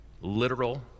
literal